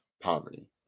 poverty